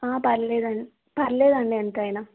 పర్లేదు పర్లేదండి ఎంతైనా